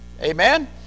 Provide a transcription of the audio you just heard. amen